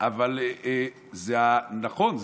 נכון,